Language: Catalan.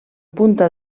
punta